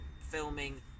filming